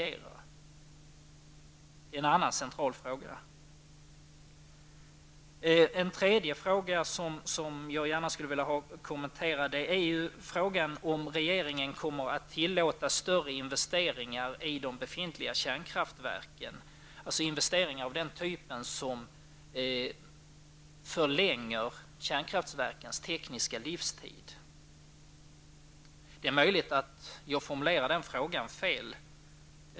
En tredje fråga som jag skulle vilja ha besvarad är: Kommer regeringen att tillåta större investeringar i de befintliga kärnkraftsverken? Jag menar investeringar av den typ som förlänger kärnkraftsverkens tekniska livstid. Det är möjligt att jag formulerar denna fråga felaktigt.